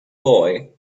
boy